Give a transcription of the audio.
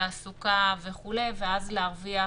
תעסוקה וכולי ואז להרוויח